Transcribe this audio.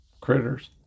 critters